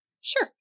Sure